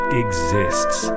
exists